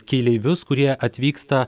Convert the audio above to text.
keleivius kurie atvyksta